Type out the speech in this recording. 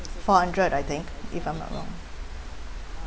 four hundred I think if I'm not wrong